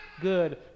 good